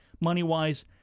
money-wise